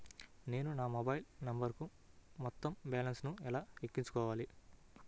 నేను నా మొబైల్ నంబరుకు మొత్తం బాలన్స్ ను ఎలా ఎక్కించుకోవాలి?